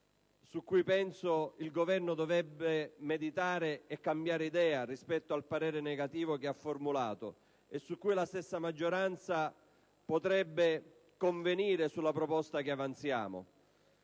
su cui penso il Governo dovrebbe meditare e cambiare idea rispetto al parere negativo che ha formulato e su cui la stessa maggioranza potrebbe convenire. C'è un modo moderno